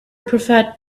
preferred